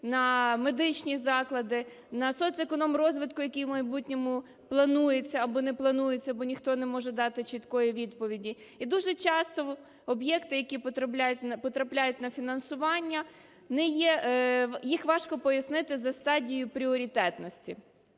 на медичні заклади, на соцекономрозвитку, який в майбутньому планується або не планується, бо ніхто не може дати чіткої відповіді. І дуже часто об'єкти, які потрапляють на фінансування не є... їх важко пояснити за стадією пріоритетності.